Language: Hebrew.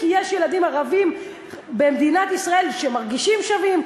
כי יש ילדים ערבים במדינת ישראל שמרגישים שווים,